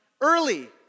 early